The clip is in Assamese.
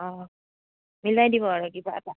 অঁ মিলাই দিব আৰু কিবা এটা